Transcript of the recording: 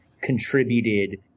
contributed